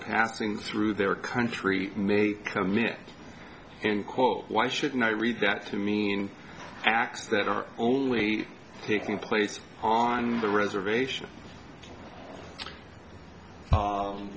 passing through their country may commit and quote why shouldn't i read that to mean acts that are only taking place on the reservation